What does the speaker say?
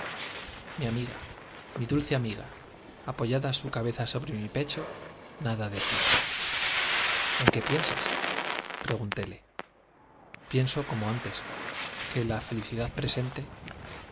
mi amiga mi dulce amiga apoyada su cabeza sobre mi pecho nada decía en qué piensas preguntéle pienso como antes que la felicidad presnte